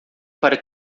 para